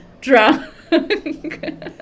drunk